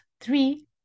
three